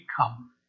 come